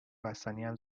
بستنیم